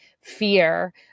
fear